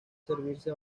servirse